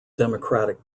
democratic